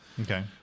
Okay